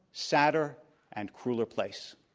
sadder and crueler place.